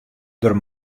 der